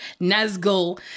Nazgul